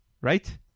Right